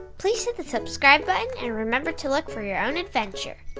please hit the subscribe button and remember to look for your own adventure.